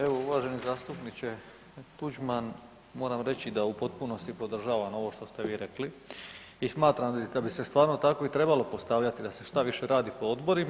Evo uvaženi zastupniče Tuđman, moram reći da u potpunosti podržavam ovo što ste vi rekli i smatram da bi se stvarno tako trebalo postavljati da se što više radi po odborima.